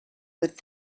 with